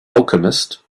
alchemist